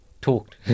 talked